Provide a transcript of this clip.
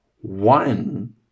one